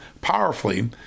powerfully